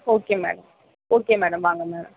okay madam okay madam வாங்க madam